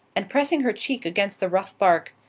and pressing her cheek against the rough bark,